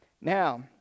now